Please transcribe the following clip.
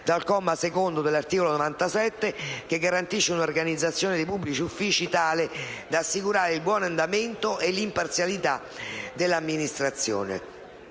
dal comma secondo dell'articolo 97, che garantisce un'organizzazione dei pubblici uffici tale da assicurare il buon andamento e l'imparzialità dell'amministrazione.